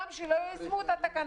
יש גם מי שלא יישמו את התקנות.